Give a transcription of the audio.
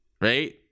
right